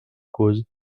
cause